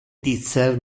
dicer